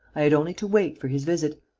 i had only to wait for his visit.